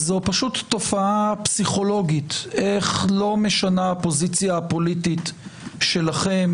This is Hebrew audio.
זו תופעה פסיכולוגית איך לא משנה הפוזיציה הפוליטית שלכם,